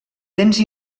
dents